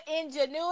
ingenuity